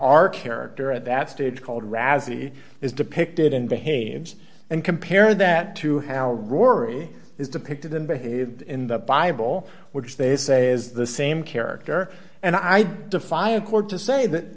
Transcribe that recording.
our character at that stage called razzie is depicted in behaves and compare that to how rory is depicted in behave in the bible which they say is the same character and i defy a court to say that